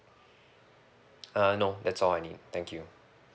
uh no that's all I need thank you